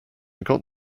got